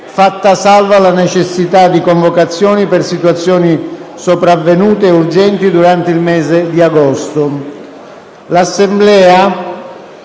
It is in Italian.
fatta salva la necessità di convocazioni per situazioni sopravvenute e urgenti durante il mese di agosto. L'Assemblea